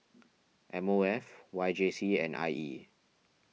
M O F Y J C and I E